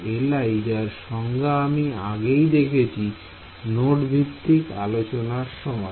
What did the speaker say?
Li যার সংজ্ঞা আমি আগেই দিয়েছি নোড ভিত্তিক আলোচনার সময়